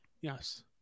Yes